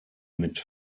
mit